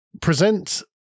present